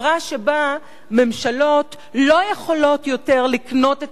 חברה שבה ממשלות לא יכולות יותר לקנות את